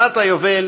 שנת היובל